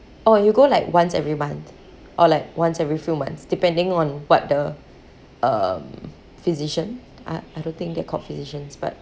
oh you go like once every month or like once every few months depending on what the um physician I don't think they're called physicians but